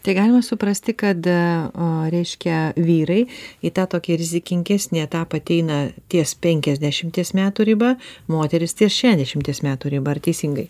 tai galima suprasti kad a reiškia vyrai į tą tokį rizikingesnį etapą ateina ties penkiasdešimties metų riba moterys ties šešiasdešimties metų riba ar teisingai